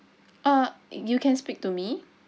uh you can speak to me